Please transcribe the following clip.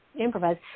improvise